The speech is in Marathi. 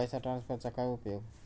पैसे ट्रान्सफरचा काय उपयोग?